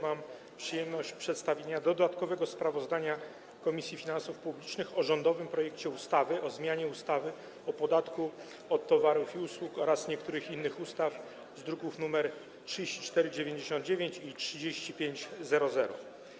Mam przyjemność przedstawienia dodatkowego sprawozdania Komisji Finansów Publicznych o rządowych projektach ustaw o zmianie ustawy o podatku od towarów i usług oraz niektórych innych ustaw z druków nr 3499 i 3500.